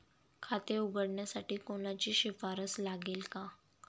खाते उघडण्यासाठी कोणाची शिफारस लागेल का?